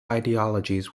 ideologies